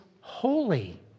holy